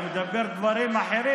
הוא מדבר דברים אחרים,